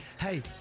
hey